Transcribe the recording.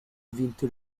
vinto